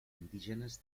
indígenes